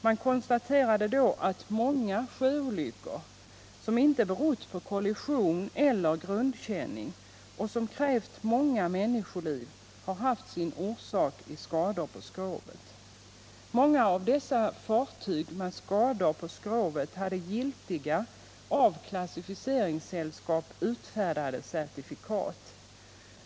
Man konstaterade då att många sjöolyckor som inte berott på kollision eller grundkänning och som krävt många människoliv har haft sin orsak i skador på skrovet. Många av fartygen med dessa skador på skrovet hade giltiga, av klassificeringssällskap utfärdade certifikat.